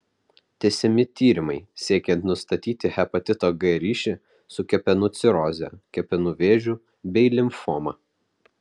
tęsiami tyrimai siekiant nustatyti hepatito g ryšį su kepenų ciroze kepenų vėžiu bei limfoma